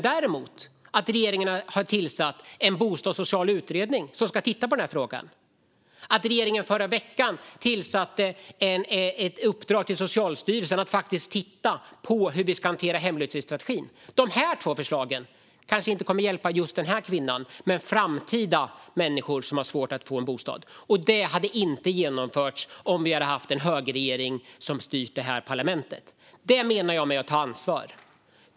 Däremot påverkar det att regeringen har tillsatt en bostadssocial utredning som ska titta på den här frågan och att regeringen i förra veckan gav ett uppdrag till Socialstyrelsen att faktiskt titta på hur vi ska hantera hemlöshetsstrategin. De här två förslagen kanske inte kommer att hjälpa just den här 60åringen, men de kan hjälpa människor som har svårt att få en bostad i framtiden. Det hade inte genomförts om vi hade haft en högerregering som hade styrt det här parlamentet. Det menar jag är att ta ansvar.